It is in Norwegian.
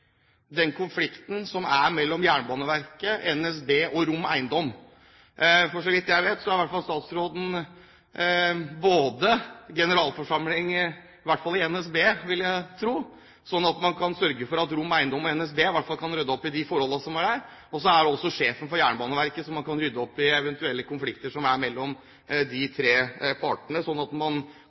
den konflikten som er mellom Jernbaneverket, NSB og Rom Eiendom. Så vidt jeg vet, er statsråden generalforsamling i hvert fall i NSB, slik at hun kan sørge for i hvert fall å rydde opp i de forholdene som er mellom Rom Eiendom og NSB. Og så er hun også sjefen for Jernbaneverket, så hun kan rydde opp i eventuelle konflikter som er mellom de tre partene, slik at man kan få i gang utbyggingen på Drammen stasjon, for der er det akutt. Hvis man